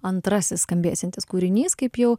antrasis skambėsiantis kūrinys kaip jau